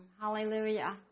Hallelujah